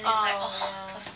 org yeah